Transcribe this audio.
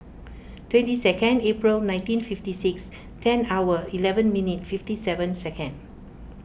twenty second April nineteen fifty six ten hour eleven minute fifty seven second